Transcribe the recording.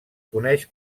coneix